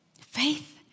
faith